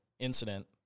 incident